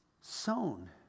Sown